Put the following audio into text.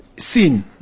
Seen